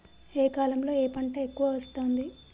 ఏ కాలంలో ఏ పంట ఎక్కువ వస్తోంది?